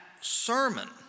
sermon